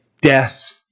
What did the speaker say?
death